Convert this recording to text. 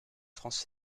france